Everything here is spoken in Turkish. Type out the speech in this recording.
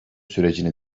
sürecini